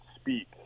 speak